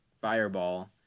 Fireball